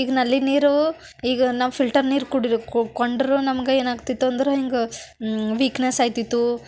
ಈಗ ನಲ್ಲಿ ನೀರು ಈಗ ನಾವು ಫಿಲ್ಟರ್ ನೀರು ಕುಡಿಲಿಕ್ಕೆ ಕೊಂಡರೂ ನಮಗೆ ಏನಾಗ್ತಿತ್ತಂದ್ರೆ ಹೀಗೆ ವಿಕ್ನೆಸ್ ಆಯ್ತಿತ್ತು